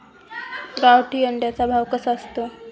गावठी अंड्याचा भाव कसा असतो?